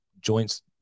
joints